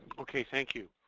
okay, thank you.